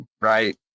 right